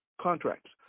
contracts